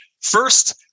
first